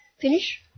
finish